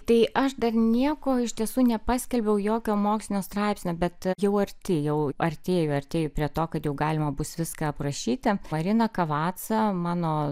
tai aš dar nieko iš tiesų nepaskelbiau jokio mokslinio straipsnio bet jau arti jau artėju artėju prie to kad jau galima bus viską aprašyti marina kavaca mano